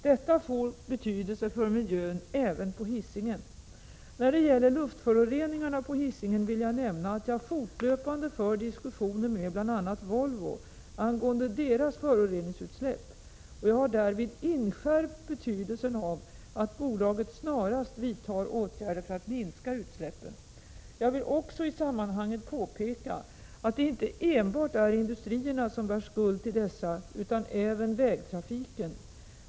Detta får betydelse för miljön även på Hisingen. När det gäller luftföroreningarna på Hisingen vill jag nämna att jag fortlöpande för diskussioner med bl.a. Volvo angående dess föroreningsutsläpp, och jag har därvid inskärpt betydelsen av att bolaget snarast vidtar åtgärder för att minska utsläppen. Jag vill också i sammanhanget påpeka att det inte enbart är industrierna som bär skuld till dessa utan även vägtrafiken.